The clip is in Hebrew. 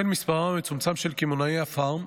בשל מספרם המצומצם של קמעונאי הפארם,